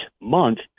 month